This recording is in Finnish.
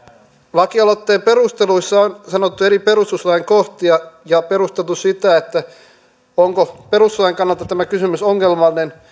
lakialoitteen perusteluissa on sanottu eri perustuslain kohtia ja perusteltu sitä onko perustuslain kannalta tämä kysymys ongelmallinen